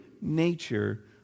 nature